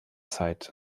zeit